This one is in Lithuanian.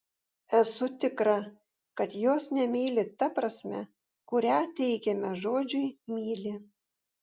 esu tikra kad jos nemyli ta prasme kurią teikiame žodžiui myli